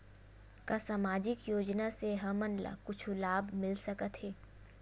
का सामाजिक योजना से हमन ला कुछु लाभ मिल सकत हे?